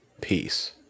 peace